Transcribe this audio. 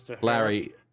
Larry